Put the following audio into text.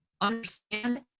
understand